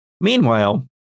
Meanwhile